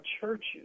churches